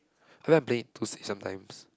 everyone playing it too safe sometimes